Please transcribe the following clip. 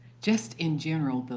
just in general, but